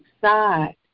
side